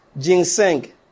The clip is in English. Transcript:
ginseng